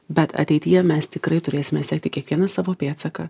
bet ateityje mes tikrai turėsime sekti kiekvieną savo pėdsaką